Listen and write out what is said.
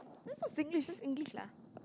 this is not Singlish this is English lah